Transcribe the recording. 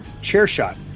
CHAIRSHOT